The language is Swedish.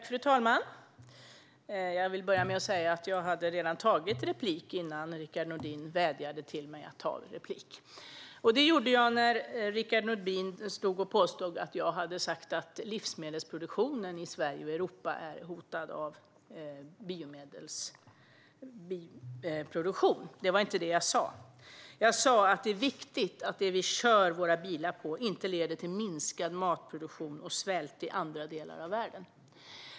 Fru talman! Jag vill börja med att säga att jag redan hade begärt replik innan Rickard Nordin vädjade till mig att göra det. Det gjorde jag när Rickard Nordin stod och påstod att jag har sagt att livsmedelsproduktionen i Sverige och Europa är hotad av biodrivmedelsproduktionen. Det var inte det jag sa. Jag sa att det är viktigt att det vi kör våra bilar på inte leder till minskad matproduktion och svält i andra delar av världen.